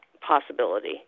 possibility